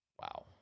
Wow